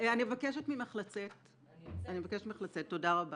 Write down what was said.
אין טעם לעשות דיון רק כדי לספר על העוול.